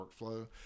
workflow